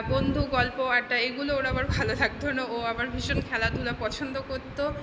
বন্ধু গল্প আড্ডা এগুলো ওর আবার ভালো লাগত না ও আবার ভীষণ খেলাধুলা পছন্দ করতো